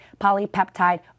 polypeptide